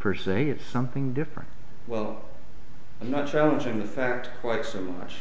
per se it's something different well i'm not challenging the facts like so much